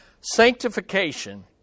Sanctification